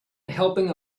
helping